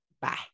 Bye